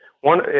one